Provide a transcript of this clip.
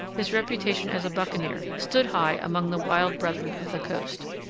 his reputation as a buccaneer stood high among the wild brethren of the coast.